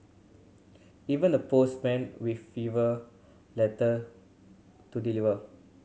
even the postmen with fever letter to deliver